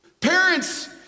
Parents